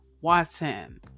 Watson